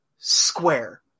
square